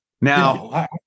Now